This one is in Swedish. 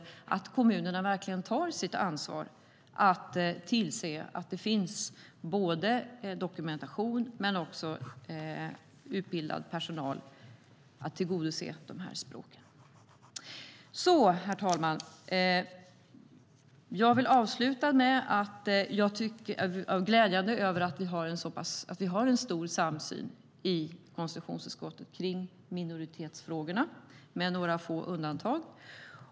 Det handlar om att kommunerna verkligen tar sitt ansvar och tillser att det finns dokumentation men också utbildad personal för att tillgodose dessa språk. Herr talman! Jag vill avsluta med att säga att det är glädjande att vi har en så pass stor samsyn i konstitutionsutskottet om minoritetsfrågorna, med några få undantag.